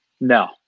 No